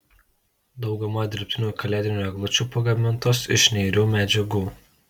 dauguma dirbtinių kalėdinių eglučių pagamintos iš neirių medžiagų